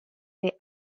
they